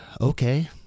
okay